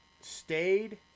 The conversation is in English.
stayed